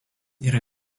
yra